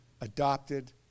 adopted